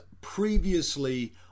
previously